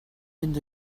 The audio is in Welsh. mynd